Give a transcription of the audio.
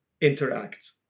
interact